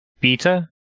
Peter